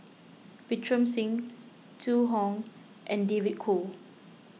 Pritam Singh Zhu Hong and David Kwo